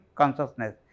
consciousness